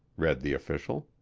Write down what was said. read the official.